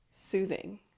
soothing